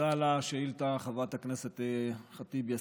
תודה על השאילתה, חברת הכנסת ח'טיב יאסין.